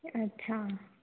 अच्छा